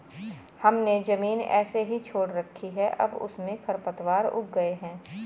हमने ज़मीन ऐसे ही छोड़ रखी थी, अब उसमें खरपतवार उग गए हैं